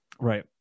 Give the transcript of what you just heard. Right